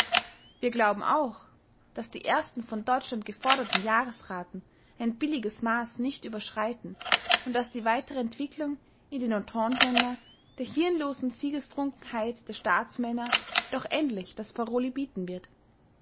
wir glauben auch daß die ersten von deutschland geforderten jahresraten ein billiges maß nicht überschreiten und daß die weitere entwicklung in den ententeländern der hirnlosen siegestrunkenheit der staatsmänner doch endlich das paroli bieten wird